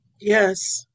Yes